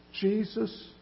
Jesus